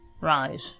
Right